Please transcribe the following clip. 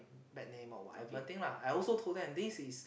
bad name or whatever thing lah I also told them this is